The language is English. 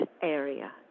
area